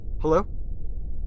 Hello